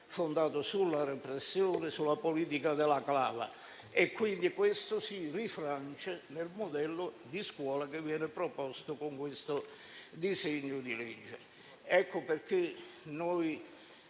fondato sulla repressione, sulla politica della clava. Ciò si rifrange nel modello di scuola che viene proposto con questo disegno di legge. Ecco perché noi,